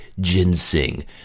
ginseng